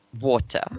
water